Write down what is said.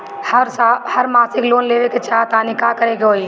हम मासिक लोन लेवे के चाह तानि का करे के होई?